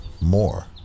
more